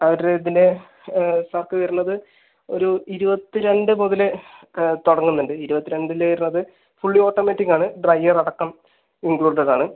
ആ ഒരു ഇതിൻ്റെ സാർക്ക് വരണത് ഒരു ഇരുപത്തിരണ്ട് മുതല് തുടങ്ങുന്നുണ്ട് ഇരുപത്തിരണ്ടിൽ വരുന്നത് ഫുള്ളി ഓട്ടോമാറ്റിക് ആണ് ഡ്രയർ അടക്കം ഇൻക്ലൂഡഡ് ആണ്